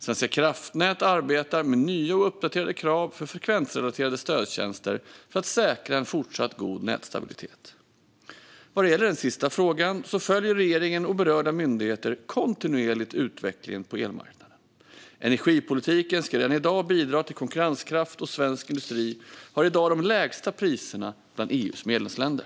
Svenska kraftnät arbetar med nya och uppdaterade krav för frekvensrelaterade stödtjänster för att säkra en fortsatt god nätstabilitet. Vad gäller den sista frågan följer regeringen och berörda myndigheter kontinuerligt utvecklingen på elmarknaden. Energipolitiken ska redan i dag bidra till konkurrenskraft, och svensk industri har i dag de lägsta priserna bland EU:s medlemsländer.